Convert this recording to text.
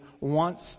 wants